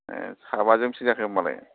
ए साबाजों बेसे जाखो होनबालाय